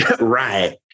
Right